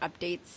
updates